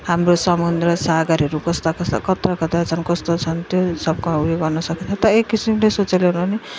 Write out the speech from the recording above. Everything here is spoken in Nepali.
हाम्रो समुद्र सागरहरू कस्ता कस्ता कत्रा कत्रा छन् कस्तो छन् त्यो सबको उयो गर्न सकिन्छ त एक किसिमले सोचेर ल्याउनु हो भने